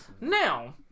Now